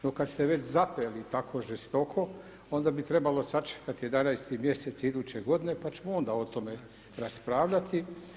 No kada ste već zapeli tako žestoko onda bi trebalo sačekati 11. mjesec iduće godine pa ćemo onda o tome raspravljati.